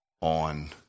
on